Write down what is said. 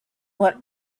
what